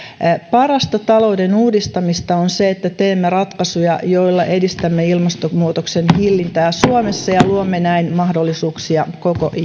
parasta talouden uudistamista on se että teemme ratkaisuja joilla edistämme ilmastonmuutoksen hillintää suomessa ja luomme näin mahdollisuuksia koko